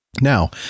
Now